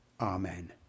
Amen